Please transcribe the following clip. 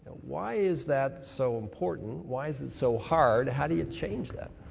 why is that so important, why is it so hard, how do you change that?